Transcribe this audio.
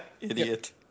Idiot